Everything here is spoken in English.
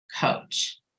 coach